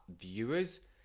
viewers